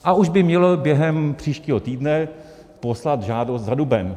A už by měli během příštího týdne poslat žádost za duben.